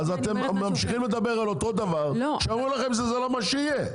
אתם ממשיכים לדבר על אותו דבר כשאמרו לכם שזה לא מה שיהיה.